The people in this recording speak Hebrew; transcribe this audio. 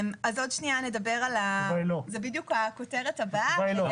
זו בדיוק הכותרת הבאה.